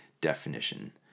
definition